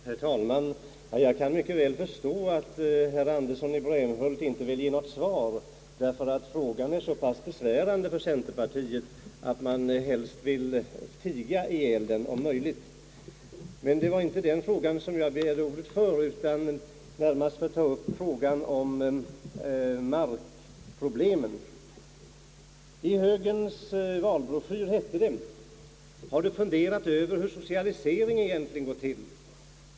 Herr talman! Jag kan mycket väl förstå att herr Andersson i Brämhult inte vill ge något svar — frågan är så pass besvärande för centerpartiet, att man helst vill tiga ihjäl den, om möjligt. Men det var inte för att säga detta som jag begärde ordet, utan närmast för att ta upp markproblemen. du funderat över hur socialisering egentligen går till?